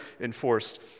enforced